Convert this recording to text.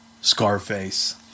Scarface